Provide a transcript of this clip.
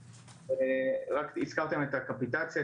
הזכרתם את הקפיטציה,